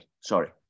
sorry